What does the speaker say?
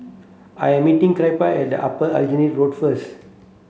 I am meeting Kyra at Upper Aljunied Road first